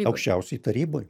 aukščiausioj taryboj